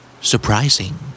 Surprising